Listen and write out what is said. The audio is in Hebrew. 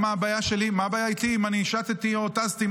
מה הבעיה איתי אם אני שטתי או טסתי?